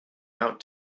out